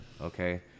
okay